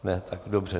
Ne, tak dobře.